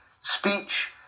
speech